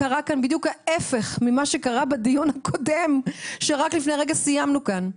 קרה כאן בדיוק ההיפך ממה שקרה בדיון הקודם שרק לפני רגע סיימנו כאן.